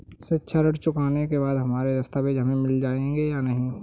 शिक्षा ऋण चुकाने के बाद हमारे दस्तावेज हमें मिल जाएंगे या नहीं?